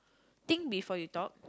think before you talk